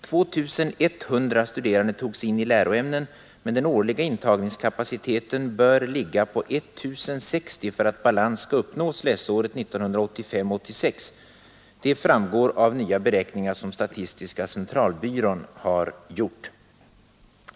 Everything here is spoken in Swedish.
2 100 studerande togs in i läroämnen, men den årliga intagningskapaciteten bör ligga på 1060 för att balans skall uppnås läsåret 1985/86. Det framgår av nya beräkningar som statistiska centralbyrån har gjort.